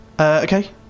Okay